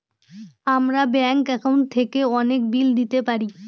আমরা bank account থেকে অনেক বিল দিতে পারি